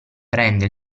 prende